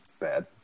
bad